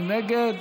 מי נגד?